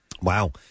Wow